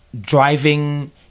driving